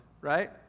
right